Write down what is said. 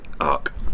arc